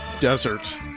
desert